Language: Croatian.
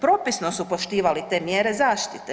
Propisno su poštivali te mjere zaštite.